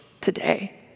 today